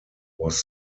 was